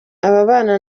abana